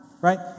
Right